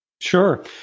Sure